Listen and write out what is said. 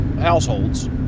households